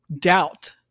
doubt